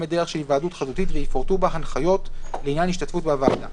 בדרך של היוועדות חזותית ויפורטו בה הנחיות לעניין ההשתתפות בישיבה.